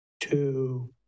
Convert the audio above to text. two